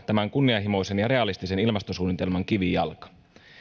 tämän kunnianhimoisen ja realistisen ilmastosuunnitelman kivijalka